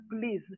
please